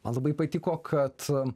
man labai patiko kad